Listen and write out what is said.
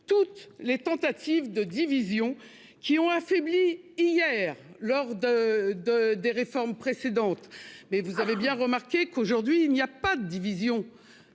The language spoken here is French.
toutes les tentatives de division qui ont affaibli hier lors de de des réformes précédentes. Mais vous avez bien remarqué qu'aujourd'hui il n'y a pas de division